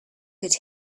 could